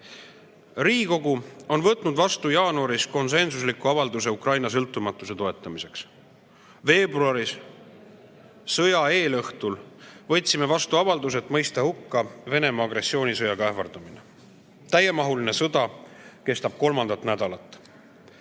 jaanuaris võtnud vastu konsensusliku avalduse Ukraina sõltumatuse toetamiseks. Veebruaris, sõja eelõhtul, võtsime vastu avalduse, et mõista hukka Venemaa agressioonisõjaga ähvardamine. Täiemahuline sõda kestab kolmandat nädalat. Arutluse